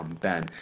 Ben